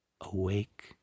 awake